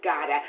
God